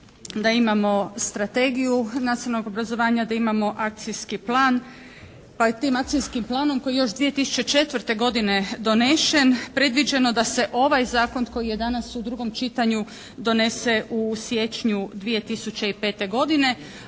da imamo strategiju nacionalnog obrazovanja, da imamo akcijski plan. Pa je tim akcijskim planom koji je još 2004. godine donesen predviđeno da se ovaj zakon koji je danas u drugom čitanju donese u siječnju 2005. godine